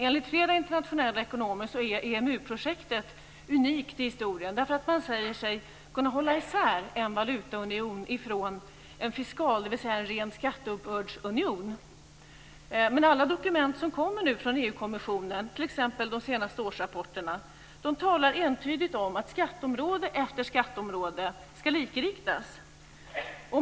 Enligt flera internationella ekonomer är EMU-projektet unikt i historien därför att man säger sig kunna hålla isär en valutaunion och en fiskal union, dvs. en ren skatteuppbördsunion. Men alla dokument som nu kommer från EU-kommissionen, t.ex. de senaste årsrapporterna, talar entydigt om att skatteområde efter skatteområde ska likriktas.